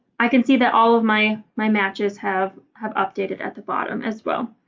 i can see that all of my my matches have have updated at the bottom as well.